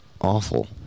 awful